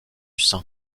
sein